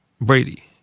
Brady